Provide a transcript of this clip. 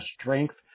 strength